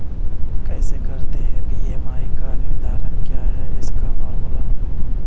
कैसे करते हैं बी.एम.आई का निर्धारण क्या है इसका फॉर्मूला?